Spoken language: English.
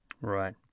Right